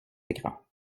écrans